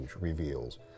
reveals